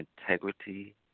integrity